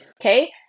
Okay